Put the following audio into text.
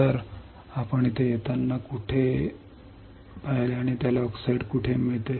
तर आपण इथे येताना कुठे पाहिले आणि त्याला ऑक्साईड कुठे मिळते